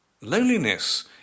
Loneliness